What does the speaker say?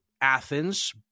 Athens